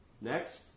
next